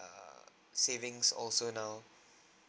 uh savings also now